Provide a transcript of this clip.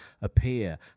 appear